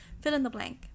fill-in-the-blank